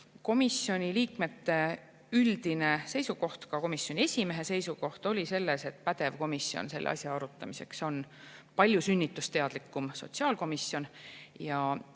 Komisjoni liikmete üldine seisukoht, ka komisjoni esimehe seisukoht oli see, et pädev komisjon selle asja arutamiseks on palju sünnitusteadlikum sotsiaalkomisjon, ja